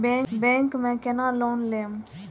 Bank में केना loan लेम?